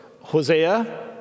Hosea